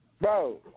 Bro